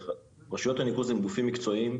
רשויות הניקוז הן גופים מקצועיים,